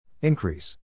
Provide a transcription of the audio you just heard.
Increase